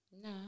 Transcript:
no